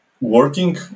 working